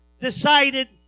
decided